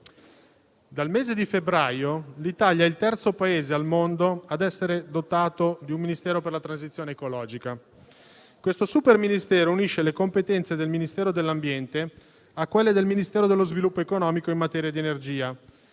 dal mese di febbraio l'Italia è il terzo Paese al mondo ad essere dotato di un Ministero per la transizione ecologica. Questo super Ministero unisce le competenze del Ministero dell'ambiente a quelle del Ministero dello sviluppo economico in materia di energia